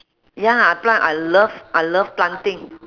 ya I plant I love I love planting